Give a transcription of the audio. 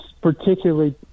particularly